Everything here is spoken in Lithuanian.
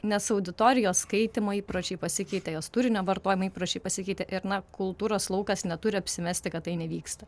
nes auditorijos skaitymo įpročiai pasikeitė jos turinio vartojimo įpročiai pasikeitė ir na kultūros laukas neturi apsimesti kad tai nevyksta